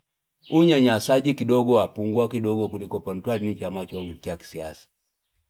Unyanyasaji kidogo wapungua kuliko pana twali ni chama cha kisiasa.